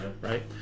right